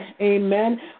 Amen